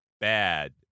bad